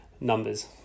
numbers